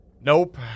Nope